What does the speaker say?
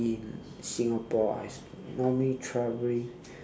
in singapore ah it's normally traveling